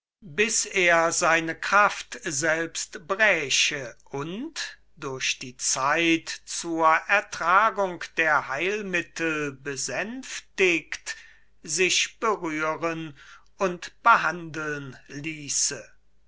bis er seine kraft selbst bräche und durch die zeit zur ertragung der heilmittel besänftigt sich berühren und behandeln ließe